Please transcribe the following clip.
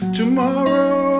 tomorrow